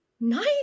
nice